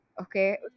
okay